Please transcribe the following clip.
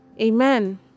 Amen